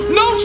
no